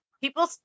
people